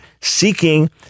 seeking